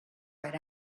right